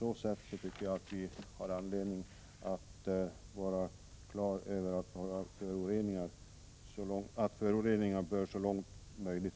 Det är självklart att föroreningar bör undvikas så långt som möjligt.